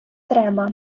треба